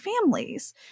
families